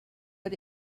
but